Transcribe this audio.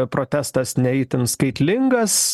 protestas ne itin skaitlingas